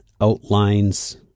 outlines